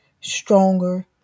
stronger